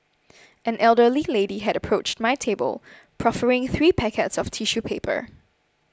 an elderly lady had approached my table proffering three packets of tissue paper